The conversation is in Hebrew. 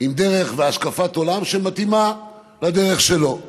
עם דרך והשקפת עולם שמתאימות לדרך שלו,